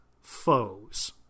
foes